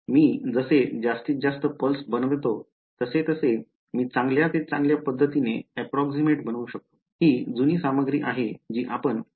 मी जसे जास्तीत जास्त पल्स बनवतो तसे तसे मी चांगल्या ते चांगल्या पद्धतीने approximate बनवू शकतो ही जुनी सामग्री आहे जी आपण आधीपासूनच पाहिली आहे